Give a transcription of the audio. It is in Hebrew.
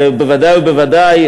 ובוודאי ובוודאי,